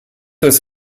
was